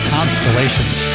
Constellations